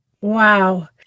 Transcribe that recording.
Wow